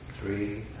three